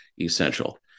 essential